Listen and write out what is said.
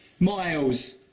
myles?